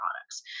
products